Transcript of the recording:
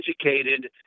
educated